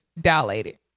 dilated